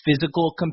physical